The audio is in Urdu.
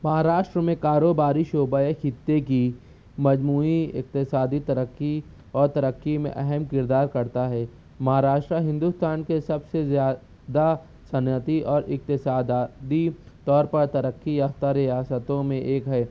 مہاراشٹر میں کاروباری شعبۂ خطے کی مجموعی اقتصادی ترقی اور ترقی میں اہم کردار کرتا ہے مہاراشٹرا ہندوستان کے سب سے زیادہ صنعتی اور اقتصادی طور پر ترقی یافتہ ریاستوں میں ایک ہے